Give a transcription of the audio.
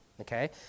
Okay